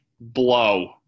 blow